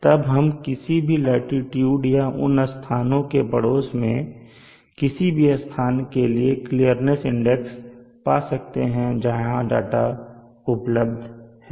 तब हम किसी भी लाटीट्यूड या उन स्थानों के पड़ोस में किसी भी स्थान के लिए क्लियरनेस इंडेक्स पा सकते हैं जहां का डाटा उपलब्ध है